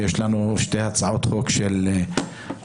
ויש לנו שתי הצעות חוק של חבריי,